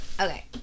Okay